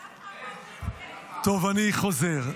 טוב, אני חוזר.